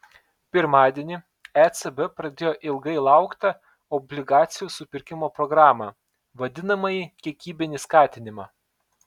pirmadienį ecb pradėjo ilgai lauktą obligacijų supirkimo programą vadinamąjį kiekybinį skatinimą